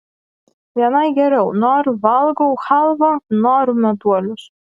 vienai geriau noriu valgau chalvą noriu meduolius